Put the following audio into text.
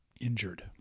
injured